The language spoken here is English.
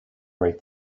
write